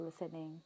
listening